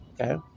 Okay